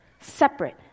separate